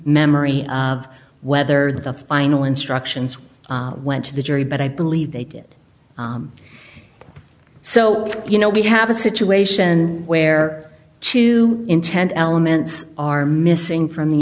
memory of whether the final instructions went to the jury but i believe they did so you know we have a situation where two intent elements are missing from the